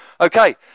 Okay